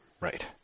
Right